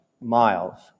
miles